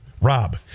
ROB